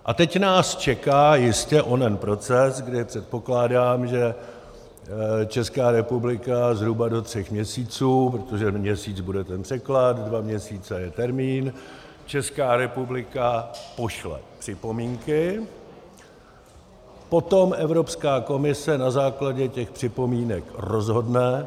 A teď nás čeká jistě onen proces, kdy předpokládám, že Česká republika zhruba do tří měsíců, protože měsíc bude ten překlad, dva měsíce je termín, Česká republika pošle připomínky, potom Evropská komise na základě těch připomínek rozhodne.